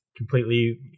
completely